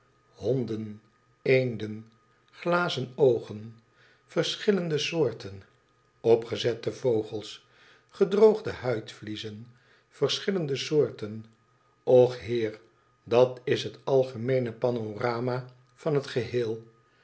honden eenden glazen oogen verschillende soorten opgezette vogels gedroogde huidvliezen verschillende soorten och heer dat is het algemeene panorama van het geheel